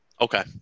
Okay